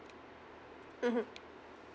mmhmm